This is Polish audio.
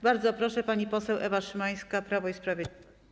Bardzo proszę, pani poseł Ewa Szymańska, Prawo i Sprawiedliwość.